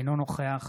אינו נוכח